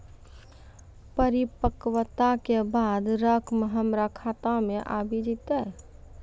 परिपक्वता के बाद रकम हमरा खाता मे आबी जेतै?